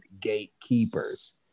gatekeepers